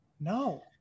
No